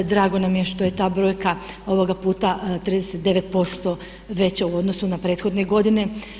Drago nam je što je ta brojka ovoga puta 39% veća u odnosu na prethodne godine.